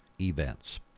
events